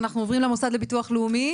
אנחנו עוברים למוסד לביטוח לאומי.